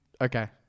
Okay